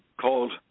called